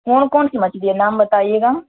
کون کون سی مچھلی ہے نام بتائیے گا